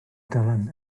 dylan